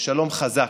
שלום חזק,